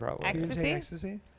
Ecstasy